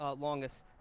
longest